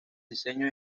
diseño